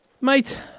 Mate